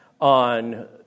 on